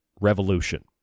Revolution